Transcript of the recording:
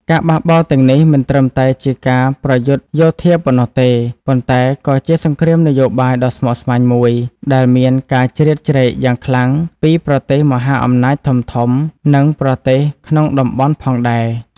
ការបះបោរទាំងនេះមិនត្រឹមតែជាការប្រយុទ្ធយោធាប៉ុណ្ណោះទេ ប៉ុន្តែក៏ជាសង្គ្រាមនយោបាយដ៏ស្មុគស្មាញមួយ ដែលមានការជ្រៀតជ្រែកយ៉ាងខ្លាំងពីប្រទេសមហាអំណាចធំៗ និងប្រទេសក្នុងតំបន់ផងដែរ។